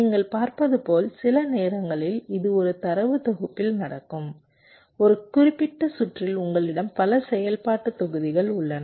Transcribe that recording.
நீங்கள் பார்ப்பது போல சில நேரங்களில் இது ஒரு தரவு தொகுப்பில் நடக்கும் ஒரு குறிப்பிட்ட சுற்றில் உங்களிடம் பல செயல்பாட்டு தொகுதிகள் உள்ளன